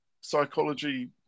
psychology